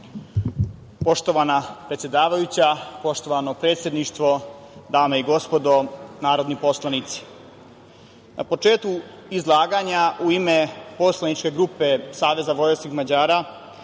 Poštovana predsedavajuća, poštovano predsedništvo, dame i gospodo narodni poslanici, na početku izlaganja u ime poslaničke grupe SVM, želim da